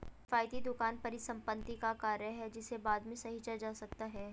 किफ़ायती दुकान परिसंपत्ति का कार्य है जिसे बाद में सहेजा जा सकता है